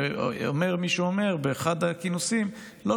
אומר מי שאומר באחד הכינוסים: לא,